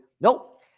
Nope